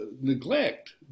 neglect